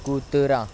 कुत्रा